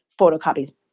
photocopies